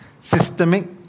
Systemic